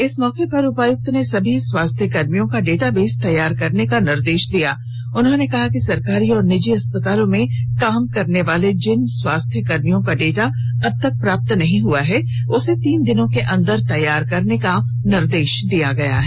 इस मौके पर उपायुक्त ने सभी स्वास्थ्य कर्मियों का डाटाबेस तैयार करने का निर्देष दिया उन्होंने कहा कि सरकारी और निजी अस्पतालों में काम करनेवाले जिन स्वास्थ कर्मियों का डाटा अब तक प्राप्त नहीं हुआ है उसे तीन दिनों के अंदर तैयार करने का निर्देष दिया गया है